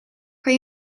kan